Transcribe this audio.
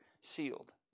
sealed